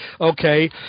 okay